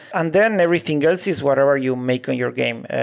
and then everything else is whatever you make on your game.